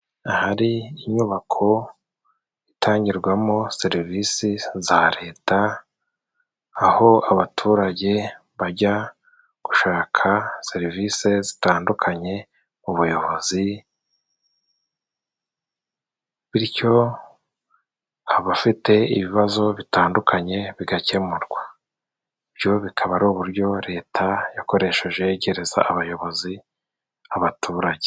Ahari inyubako itangirwamo serivisi za leta, aho abaturage bajya gushaka serivisi zitandukanye mu buyobozi, bityo abafite ibibazo bitandukanye bigakemurwa, byo bikaba ari uburyo leta yakoresheje yegereza abayobozi abaturage.